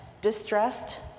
distressed